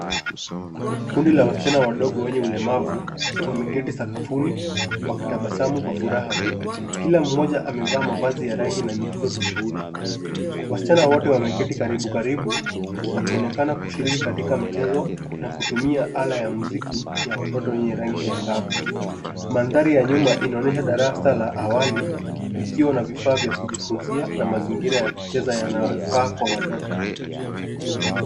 Kundi la wasichina wadogo wenye ulemavu wameketi sakafuni wakitabasamu kwa furaha kila mmoja amevaa mavazi ya rangi na mitindo tofauti. wasichana wote wameketi karibu karibu wakionekana kushiriki katika mchezo na kutumia ala ya mziki ya watoto wenye rangi angavu. Mandhari ya nyuma inaonyesha darasa la awali likiwa na vifaa vya kujifunzia na mazingira ya kucheza yanayofaa kwa watoto.